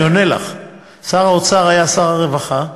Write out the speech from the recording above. אני עונה לך, שר האוצר היה שר הרווחה,